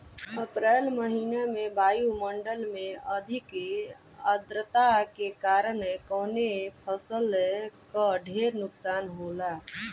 अप्रैल महिना में वायु मंडल में अधिक आद्रता के कारण कवने फसल क ढेर नुकसान होला?